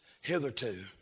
hitherto